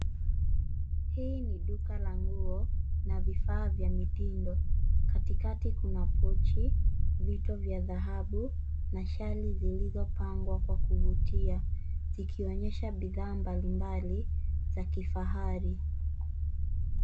Hii ni duka la nguo, na vifaa vya mitindo, katikati kuna pochi, vito vya dhahabu, na shali zilizopangwa kwa kuvutia, zikionyesha bidhaa mbalimbali, za kifahari.